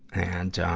and, um,